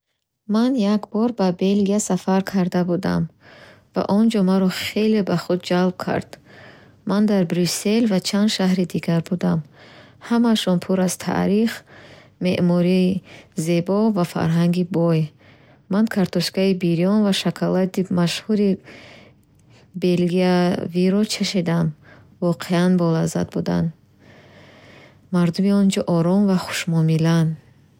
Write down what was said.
Ман як бор ба Белгия сафар карда будам ва он ҷо маро хеле ба худ ҷалб кард. Ман дар Брюссел ва чанд шаҳри дигар будам. Ҳамаашон пур аз таърих, меъмории зебо ва фарҳанги бой. Ман картошкаи бирён ва шоколади машҳури белгиявиро чашидам. Воқеан болаззат буданд. Мардуми он ҷо ором ва хушмуомилаанд.